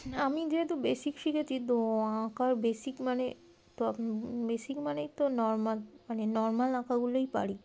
আমি যেহেতু বেসিক শিখেছি তো আঁকার বেসিক মানে তো বেসিক মানেই তো নর্মাল মানে নর্মাল আঁকাগুলোই পারি